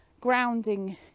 grounding